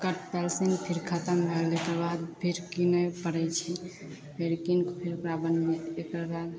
कट pencil फेर खतम भै गेलै तकर बाद फेर किनै पड़ै छै फेर किनिके फेर ओकरा बनबै छै तकर बाद